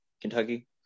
Kentucky